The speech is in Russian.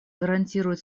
гарантирует